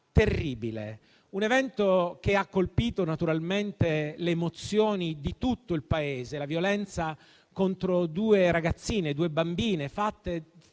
terribile, che ha colpito naturalmente le emozioni di tutto il Paese: la violenza contro due ragazzine, la violenza